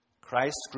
Christ